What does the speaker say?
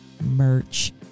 merch